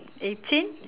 eighteen